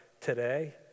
today